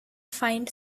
find